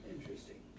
Interesting